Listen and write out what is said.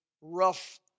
rough